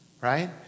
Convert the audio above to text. Right